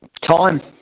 Time